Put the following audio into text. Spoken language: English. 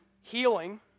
healing